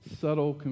subtle